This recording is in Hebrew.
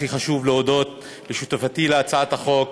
הכי חשוב להודות לשותפתי להצעת החוק,